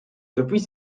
depuis